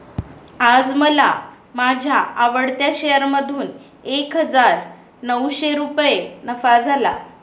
आज मला माझ्या आवडत्या शेअर मधून एक हजार नऊशे रुपये नफा झाला